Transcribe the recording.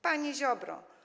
Panie Ziobro!